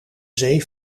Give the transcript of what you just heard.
zee